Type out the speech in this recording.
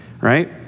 right